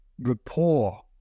rapport